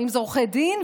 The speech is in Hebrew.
אם זה עורכי דין,